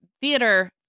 theater